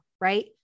right